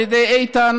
על ידי איתן,